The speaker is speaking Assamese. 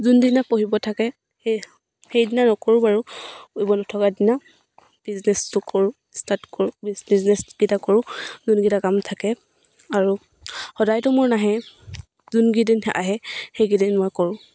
যোনদিনা পঢ়িব থাকে সেই সেইদিনা নকৰোঁ বাৰু পঢ়িব নথকা দিনা বিজনেছটো কৰোঁ ষ্টাৰ্ট কৰোঁ বিজনেচকেইটা কৰোঁ যোনকেইটা কাম থাকে আৰু সদায়তো মোৰ নাহে যোনকেইদিন আহে সেইকেইদিন মই কৰোঁ